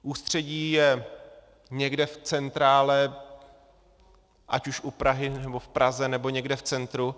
Ústředí je někde v centrále, ať už u Prahy, nebo v Praze, nebo někde v centru.